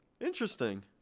Interesting